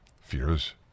fears